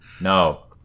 No